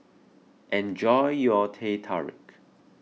enjoy your Teh Tarik